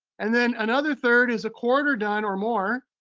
and then another third is a quarter done or more.